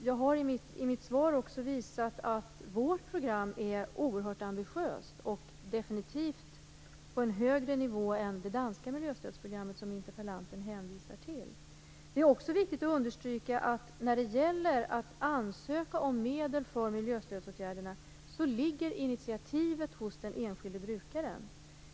Jag har i mitt svar också visat att vårt program är oerhört ambitiöst - definitivt på en högre nivå än det danska miljöstödsprogrammet, som interpellanten hänvisar till. Det är också viktigt att understryka att när det gäller att ansöka om medel för miljöstödsåtgärderna ligger initiativet hos den enskilde brukaren.